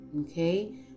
okay